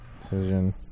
Decision